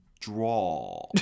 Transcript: Draw